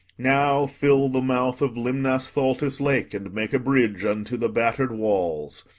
now fill the mouth of limnasphaltis' lake, and make a bridge unto the batter'd walls.